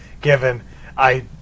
given—I